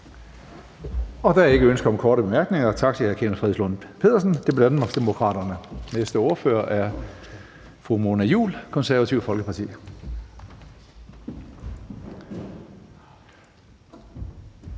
Der er ikke ønske om korte bemærkninger. Tak til hr. Kenneth Fredslund Petersen, Danmarksdemokraterne. Næste ordfører er fru Mona Juul, Det Konservative Folkeparti.